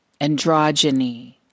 androgyny